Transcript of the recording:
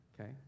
okay